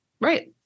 Right